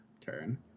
turn